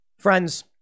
Friends